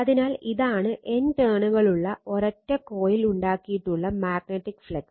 അതിനാൽ ഇതാണ് N ടേണുകളുള്ള ഒരൊറ്റ കോയിൽ ഉണ്ടാക്കിയിട്ടുള്ള മാഗ്നറ്റിക് ഫ്ലക്സ്